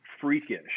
freakish